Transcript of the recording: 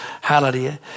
Hallelujah